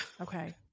Okay